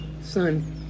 son